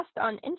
on